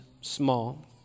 small